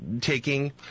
taking